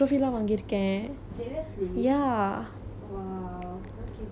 !wow! okay that's good so rules எல்லாம் என்ன சொல்லு:ellaam enna sollu